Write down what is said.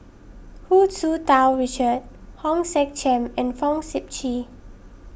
Hu Tsu Tau Richard Hong Sek Chern and Fong Sip Chee